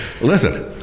listen